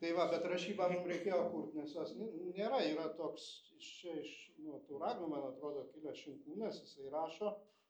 tai va bet rašybą mum reikėjo kurt nes jos n nėra yra toks iš čia iš nuo tauragnų man atrodo kilęs šimkūnas jisai rašo